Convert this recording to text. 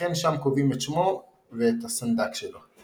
וכן שם קובעים את שמו ואת הסנדק שלו.